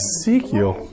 Ezekiel